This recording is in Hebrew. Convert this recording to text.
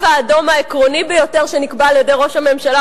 האדום העקרוני ביותר שנקבע על-ידי ראש הממשלה,